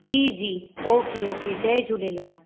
जी जी okay okay जय झूलेलाल